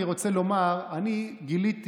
אני רוצה לומר: אני גיליתי,